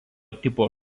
tipo